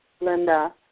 Linda